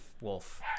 wolf